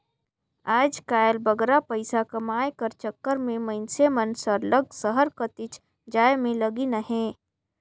आएज काएल बगरा पइसा कमाए कर चक्कर में मइनसे मन सरलग सहर कतिच जाए में लगिन अहें